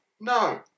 No